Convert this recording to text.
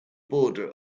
border